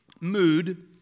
mood